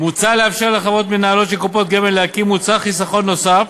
מוצע לאפשר לחברות מנהלות של קופות גמל להקים מוצר חיסכון נוסף,